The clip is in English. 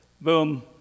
Boom